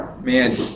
man